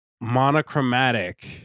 monochromatic